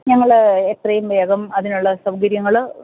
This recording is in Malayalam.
ഞങ്ങള് എത്രയും വേഗം അതിനുള്ള സൗകര്യങ്ങള്